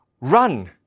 run